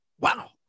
Wow